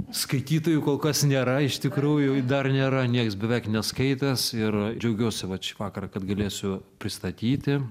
skaitytojų kol kas nėra iš tikrųjų dar nėra nieks beveik neskaitęs ir džiaugiuosi vat šį vakarą kad galėsiu pristatyti